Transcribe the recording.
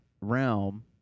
realm